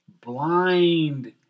blind